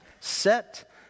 set